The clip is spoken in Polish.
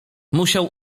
musiał